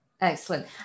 excellent